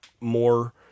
more